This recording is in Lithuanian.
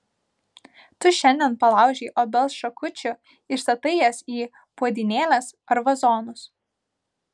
tu šiandien palaužei obels šakučių ir statai jas į puodynėles ar vazonus